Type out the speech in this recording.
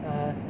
uh